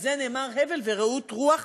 על זה נאמר הבל ורעות רוח,